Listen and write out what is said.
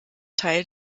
teil